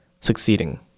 succeeding